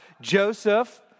Joseph